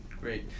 great